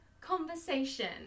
conversation